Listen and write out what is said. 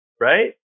right